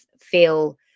feel